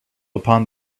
upon